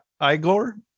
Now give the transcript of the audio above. igor